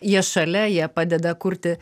jie šalia jie padeda kurti